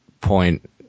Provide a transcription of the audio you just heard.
point